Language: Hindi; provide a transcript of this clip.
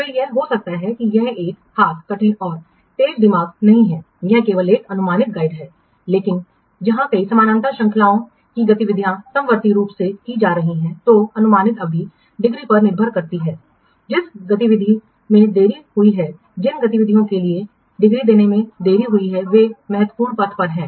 फिर यह हो सकता है यह एक हाथ कठिन और तेज नियम नहीं है यह केवल एक अनुमानित गाइड है लेकिन जहां कई समानांतर श्रृंखला की गतिविधियां समवर्ती रूप से की जा रही हैं तो अनुमानित अवधि डिग्री पर निर्भर करेगी जिन गतिविधियों में देरी हुई है जिन गतिविधियों के लिए डिग्री देने में देरी हुई है वे महत्वपूर्ण पथ पर हैं